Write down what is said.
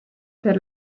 per